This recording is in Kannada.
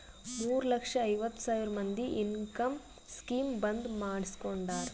ಮೂರ ಲಕ್ಷದ ಐವತ್ ಸಾವಿರ ಮಂದಿ ಇನ್ಕಮ್ ಸ್ಕೀಮ್ ಬಂದ್ ಮಾಡುಸ್ಕೊಂಡಾರ್